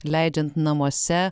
leidžiant namuose